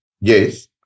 Yes